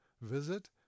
visit